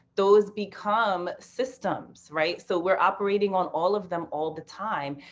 those become systems, right. so we are operating on all of them all the time.